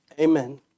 amen